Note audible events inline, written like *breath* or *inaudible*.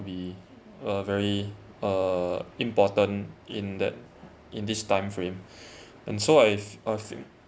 be uh very uh important in that in this time frame *breath* and so I feel I feel